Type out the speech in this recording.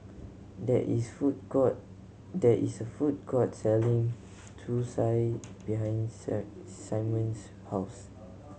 there is food court there is a food court selling Zosui behind Simon's house